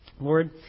Lord